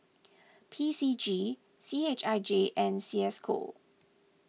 P C G C H I J and Cisco